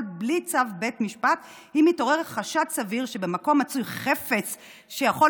בלי צו חיפוש אם התעורר חשד סביר שבמקום מצוי חפץ שיכול